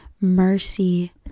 mercy